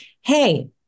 Hey